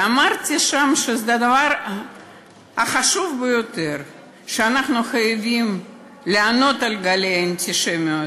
ואמרתי שם שהדבר החשוב ביותר שבו אנחנו חייבים לענות על גלי האנטישמיות,